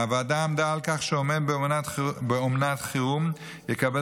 הוועדה עמדה על כך שאומן באומנת חירום יקבל